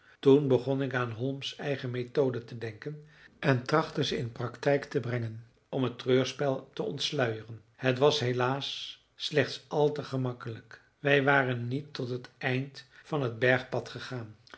toen begon ik aan holmes eigen methode te denken en trachtte ze in praktijk te brengen om het treurspel te ontsluieren het was helaas slechts al te gemakkelijk wij waren niet tot het eind van het bergpad gegaan